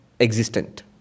existent